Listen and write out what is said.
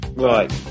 Right